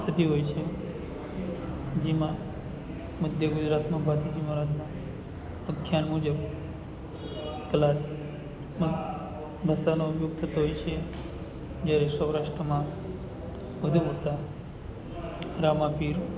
થતી હોય છે જેમાં મધ્ય ગુજરાતમાં ભાથીજી મહારાજના અખ્યાન મુજબ કલાત્મક મસાલો ઉપયોગ થતો હોય છે જ્યારે સૌરાષ્ટ્રમાં વધુ પડતા રામાપીર